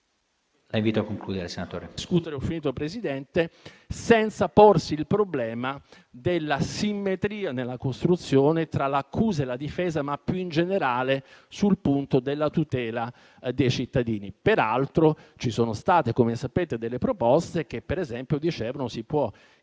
La invito a concludere, senatore